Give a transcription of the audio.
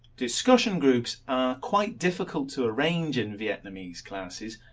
discussion groups are quite difficult to arrange in vietnamese classes,